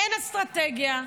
אין אסטרטגיה,